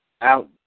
out